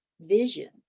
vision